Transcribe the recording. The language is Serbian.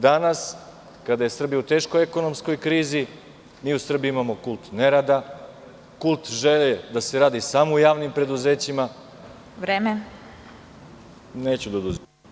Danas, kada je Srbija u teškoj ekonomskoj krizi mi u Srbiji imamo kult nerada, kult želje da se radi samo u javnim preduzećima… (Predsedavajuća: Vreme.) Neću da oduzimam.